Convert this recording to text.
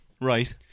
Right